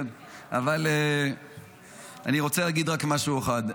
אני רוצה להגיד רק משהו אחד.